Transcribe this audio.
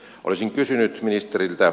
olisin kysynyt ministeriltä